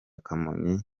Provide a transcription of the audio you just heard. kamonyi